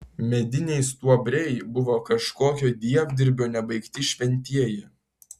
mediniai stuobriai buvo kažkokio dievdirbio nebaigti šventieji